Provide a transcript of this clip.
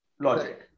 logic